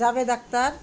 Javed Akhtar